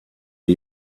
are